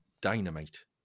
dynamite